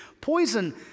poison